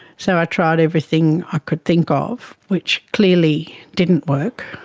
so i tried everything i could think of, which clearly didn't work,